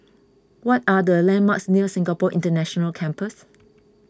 what are the landmarks near Singapore International Campus